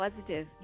positive